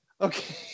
Okay